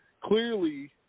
clearly